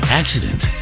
accident